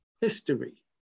history